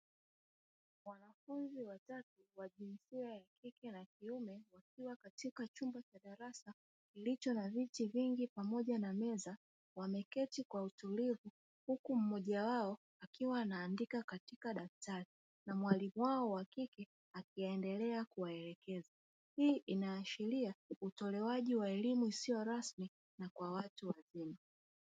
Wanafunzi watatu wa jinsia ya kike na kiume wakiwa katika chumba cha darasa kilicho na viti vingi pamoja na meza, wameketi kwa utulivu huku mmoja wao akiwa anaandika katika daftari na mwalimu wao wa kike akiendelea kuwaelekeza. Hii inaashiria utolewaji wa elimu isiyo rasmi na kwa watu wazima.